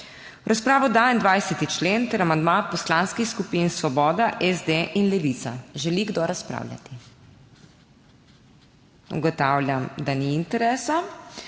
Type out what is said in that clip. razpravo dajem 20. člen ter amandma poslanskih skupin Svoboda, SD in Levica. Želi kdo razpravljati? Ugotavljam, da ni interesa,